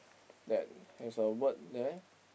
that has a word there